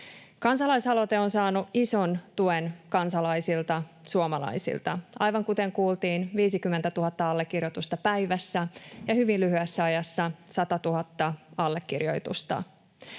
Kansalaisaloite on saanut ison tuen kansalaisilta, suomalaisilta. Aivan kuten kuultiin, 50 000 allekirjoitusta päivässä ja hyvin lyhyessä ajassa 100 000 allekirjoitusta.